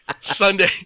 Sunday